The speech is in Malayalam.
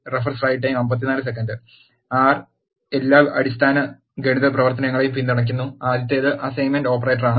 ആർ എല്ലാ അടിസ്ഥാന ഗണിത പ്രവർത്തനങ്ങളെയും പിന്തുണയ്ക്കുന്നു ആദ്യത്തേത് അസൈൻമെന്റ് ഓപ്പറേറ്ററാണ്